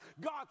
God